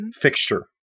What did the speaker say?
fixture